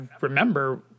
remember